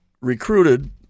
recruited